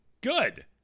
Good